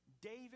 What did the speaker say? David